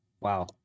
wow